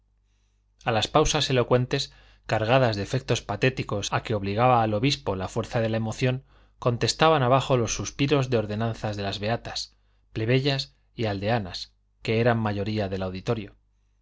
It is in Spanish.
a las pausas elocuentes cargadas de efectos patéticos a que obligaba al obispo la fuerza de la emoción contestaban abajo los suspiros de ordenanza de las beatas plebeyas y aldeanas que eran la mayoría del auditorio